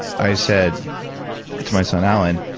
i said to my son, alan,